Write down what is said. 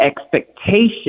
expectation